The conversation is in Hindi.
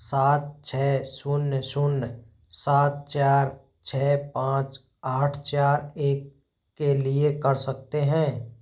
सात छः शून्य शून्य सात चार छः पाँच आठ चार एक के के लिए कर सकते हैं